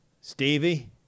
Stevie